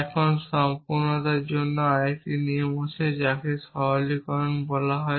এখন সম্পূর্ণতার জন্য আরেকটি নিয়ম আছে যাকে সাধারণীকরণ বলা হয়